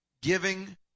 Giving